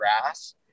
grass